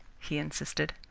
he insisted.